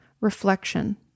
reflection